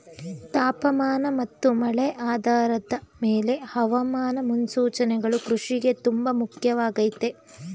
ತಾಪಮಾನ ಮತ್ತು ಮಳೆ ಆಧಾರದ್ ಮೇಲೆ ಹವಾಮಾನ ಮುನ್ಸೂಚನೆಗಳು ಕೃಷಿಗೆ ತುಂಬ ಮುಖ್ಯವಾಗಯ್ತೆ